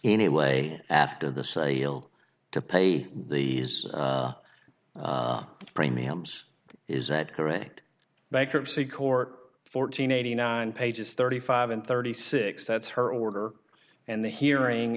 anyway after the sale to pay the premiums is that correct bankruptcy court fourteen eighty nine pages thirty five and thirty six that's her order and the hearing